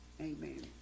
amen